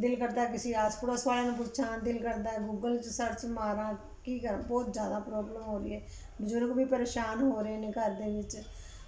ਦਿਲ ਕਰਦਾ ਕਿਸੀ ਆਸ ਪੜੋਸ ਵਾਲਿਆਂ ਨੂੰ ਪੁੱਛਾ ਦਿਲ ਕਰਦਾ ਗੂਗਲ 'ਚ ਸਰਚ ਮਾਰਾ ਕੀ ਕਰਾਂ ਬਹੁਤ ਜ਼ਿਆਦਾ ਪ੍ਰੋਬਲਮ ਹੋ ਰਹੀ ਹੈ ਬਜ਼ੁਰਗ ਵੀ ਪਰੇਸ਼ਾਨ ਹੋ ਰਹੇ ਨੇ ਘਰ ਦੇ ਵਿੱਚ